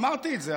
אמרתי את זה,